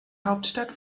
hauptstadt